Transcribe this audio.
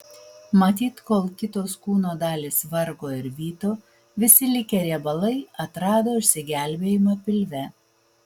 matyt kol kitos kūno dalys vargo ir vyto visi likę riebalai atrado išsigelbėjimą pilve